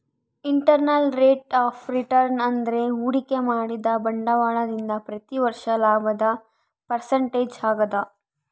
internal rate of return ಅಂದ್ರೆ ಹೂಡಿಕೆ ಮಾಡಿದ ಬಂಡವಾಳದಿಂದ ಪ್ರತಿ ವರ್ಷ ಲಾಭದ ಪರ್ಸೆಂಟೇಜ್ ಆಗದ